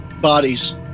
bodies